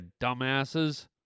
dumbasses